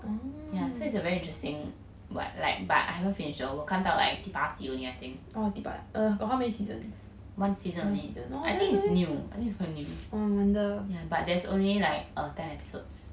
yeah so it's a very interesting but like but I haven't finish err 我看到 like 第八集 only I think one season only I think it's new I think it's quite new yeah but there's only like err ten episodes